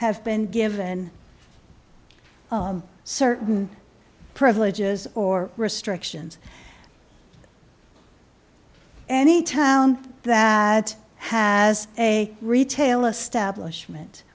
have been given certain privileges or restrictions any town that has a retail establishment